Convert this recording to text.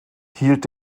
hielt